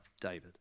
David